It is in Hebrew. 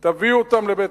תביאו אותם לבית-משפט.